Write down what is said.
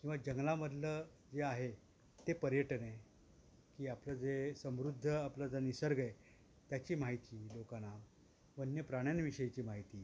किंवा जंगलामधलं जे आहे ते पर्यटन आहे की आपलं जे समृद्ध आपला ज निसर्गय त्याची माहिती लोकांना वन्य प्राण्यांविषयीची माहिती